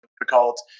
difficult